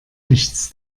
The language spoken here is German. nichts